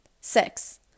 Six